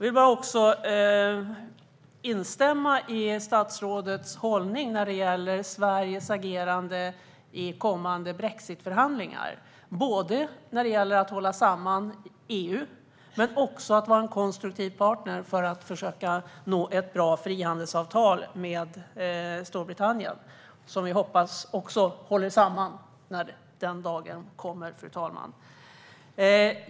Jag vill också bara instämma i statsrådets hållning när det gäller Sveriges agerande i kommande brexitförhandlingar, både när det gäller att hålla samman EU och när det gäller att vara en konstruktiv partner för att försöka nå ett bra frihandelsavtal med Storbritannien, som vi hoppas också håller samman när den dagen kommer.